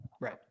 Right